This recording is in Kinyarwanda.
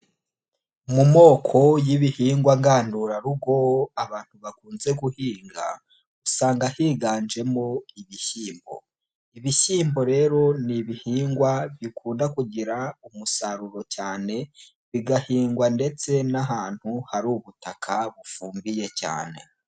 Mu moko y'ibihingwa ngandurarugo abantu bakunze guhinga, usanga higanjemo ibishyiyimbo, ibishyimbo rero ni ibihingwa bikunda kugira umusaruro cyane, bigahingwa ndetse n'ahantu hari ubutaka bufugiyeye cyane.